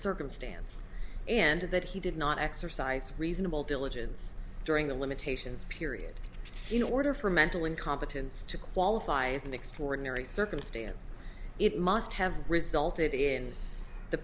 circumstance and that he did not exercise reasonable diligence during the limitations period in order for mental incompetence to qualify as an extraordinary circumstance it must have resulted in the